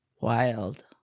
Wild